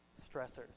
stressors